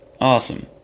awesome